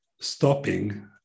stopping